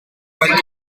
profile